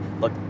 look